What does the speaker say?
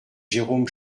jérôme